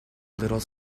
little